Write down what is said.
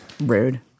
Rude